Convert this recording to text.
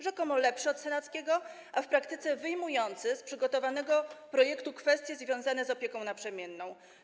Rzekomo lepszy od senackiego, a w praktyce wyjmujący z przygotowanego projektu kwestie związane z opieką naprzemienną.